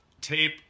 tape